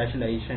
है